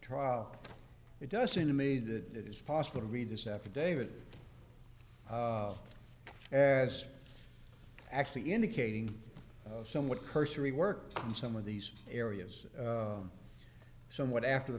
trial it does seem to me that it is possible to read this affidavit and actually indicating somewhat cursory work on some of these areas somewhat after the